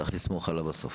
צריך לסמוך עליו בסוף.